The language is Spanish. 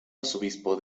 arzobispo